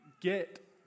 get